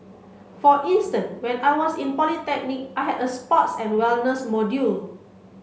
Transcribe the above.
for instant when I was in polytechnic I had a sports and wellness module